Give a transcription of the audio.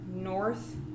North